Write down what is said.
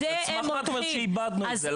על סמך מה את אומרת שאיבדנו את זה?